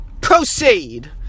Proceed